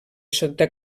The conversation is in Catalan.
sota